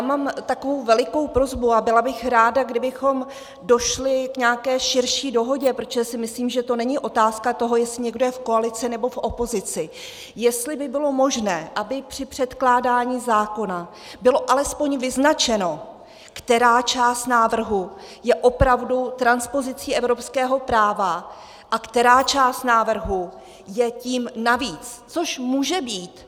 Mám takovou velikou prosbu a byla bych ráda, kdybychom došli k nějaké širší dohodě, protože si myslím, že to není otázka toho, jestli někdo je v koalici nebo v opozici, jestli by bylo možné, aby při předkládání zákona bylo alespoň vyznačeno, která část návrhu je opravdu transpozicí evropského práva a která část návrhu je tím navíc, což může být.